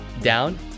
down